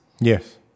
Yes